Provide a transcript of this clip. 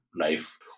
life